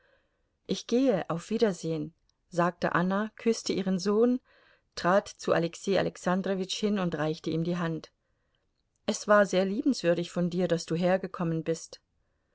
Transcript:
ich gehe auf wiedersehen sagte anna küßte ihren sohn trat zu alexei alexandrowitsch hin und reichte ihm die hand es war sehr liebenswürdig von dir daß du hergekommen bist